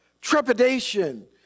trepidation